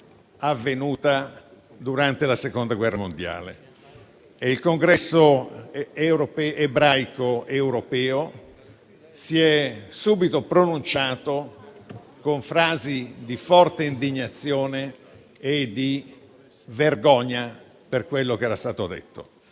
avvenuta durante la Seconda guerra mondiale. Il Congresso ebraico europeo si è subito pronunciato con frasi di forte indignazione e di vergogna per quello che era stato detto.